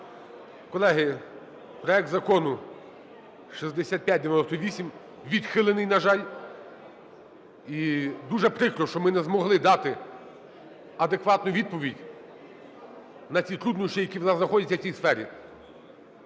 Колеги, проект Закону 6598 відхилений, на жаль. І дуже прикро, що ми не змогли дати адекватну відповідь на ці труднощі, які в нас знаходяться в цій сфері.